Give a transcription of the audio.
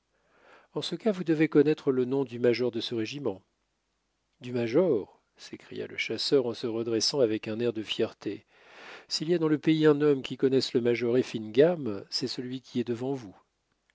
en ce cas vous devez connaître le nom du major de ce régiment du major s'écria le chasseur en se redressant avec un air de fierté s'il y a dans le pays un homme qui connaisse le major effingham c'est celui qui est devant vous